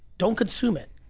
don't consume it.